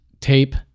tape